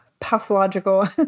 pathological